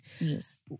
yes